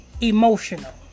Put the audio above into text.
emotional